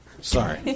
sorry